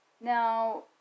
Now